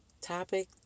topic